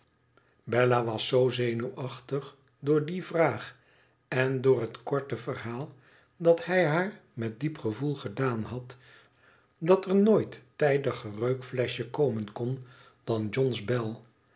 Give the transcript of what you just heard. bella was zoo zenuwachtig door die vraag en door het korte verhaal dat hij haar met diep gevoel gedaan had dat er nooit tijdiger reukfleschje komen kon dan john's bel